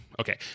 okay